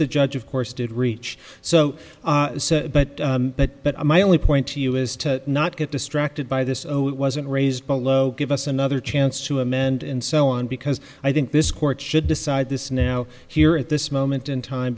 the judge of course did reach so that my only point to you is to not get distracted by this oh it wasn't raised below give us another chance to amend and so on because i think this court should decide this now here at this moment in time